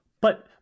But-